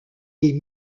des